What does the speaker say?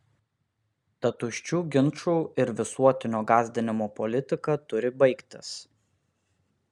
ta tuščių ginčų ir visuotinio gąsdinimo politika turi baigtis